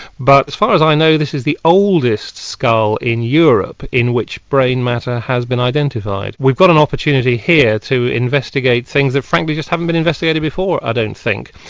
but as far i know this is the oldest skull in europe in which brain matter has been identified. we've got an opportunity here to investigate things that frankly just haven't been investigated before, i don't think.